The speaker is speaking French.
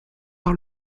par